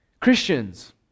Christians